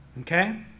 okay